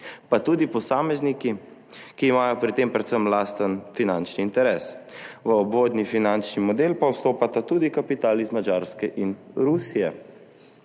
pa tudi posamezniki, ki imajo pri tem predvsem lasten finančni interes, v uvodni finančni model pa vstopata tudi kapital iz Madžarske in Rusije.